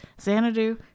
xanadu